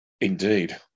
Indeed